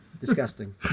Disgusting